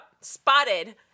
Spotted